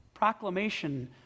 proclamation